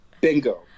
Bingo